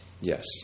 Yes